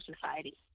society